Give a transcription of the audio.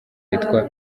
yitwa